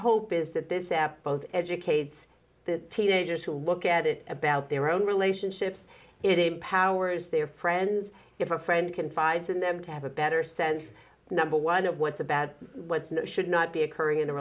hope is that this that both educates the teenagers who look at it about their own relationships it empowers their friends if a friend confides in them to have a better sense number one that what's a bad what's not should not be occurring in a